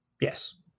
yes